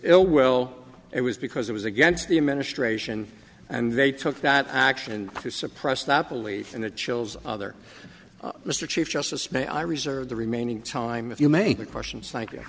ill well it was because it was against the a ministration and they took that action to suppress that belief and the chills other mr chief justice may i reserve the remaining time if you make the questions like